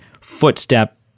footstep